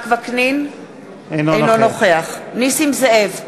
אינו נוכח נסים זאב,